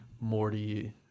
Morty